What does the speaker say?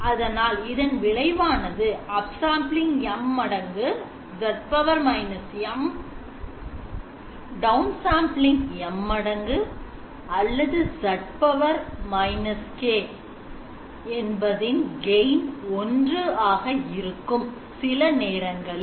அதனால் இதன் விளைவானது upsampling M மடங்கு Z M downsampling M மடங்கு அல்லது Z K என்பதின் gain 1 ஆக இருக்கும் சில நேரங்களில்